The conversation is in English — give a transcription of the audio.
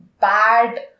bad